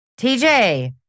TJ